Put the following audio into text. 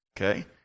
Okay